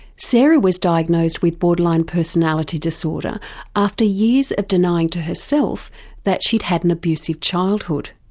sarah was diagnosed with borderline personality disorder after years of denying to herself that she'd had an abusive childhood.